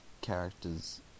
characters